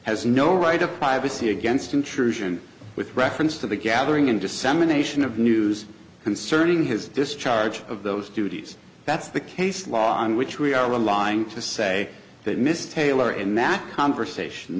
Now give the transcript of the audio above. has no right to privacy against intrusion with reference to the gathering and dissemination of news concerning his discharge of those duties that's the case law on which we are relying to say that miss taylor in that conversation